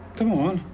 come on.